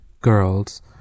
girls